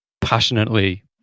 passionately